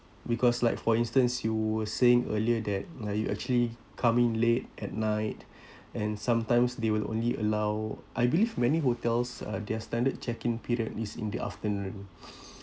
because like for instance you were saying earlier that you actually coming late at night and sometimes they will only allow I believe many hotels uh their standard check in period is in the afternoon